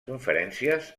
conferències